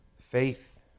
Faith